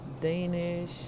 Danish